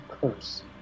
curse